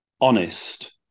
honest